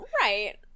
right